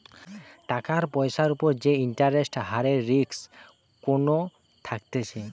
টাকার পয়সার উপর যে ইন্টারেস্ট হারের রিস্ক কোনো থাকতিছে